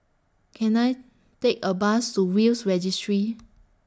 Can I Take A Bus to Will's Registry